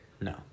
No